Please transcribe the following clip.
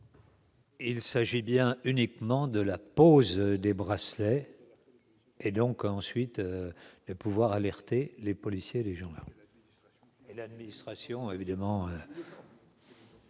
Il s'agit bien uniquement de la des bracelets et donc ensuite et pouvoir alerter les policiers, les gendarmes